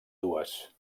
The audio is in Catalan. dues